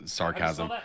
sarcasm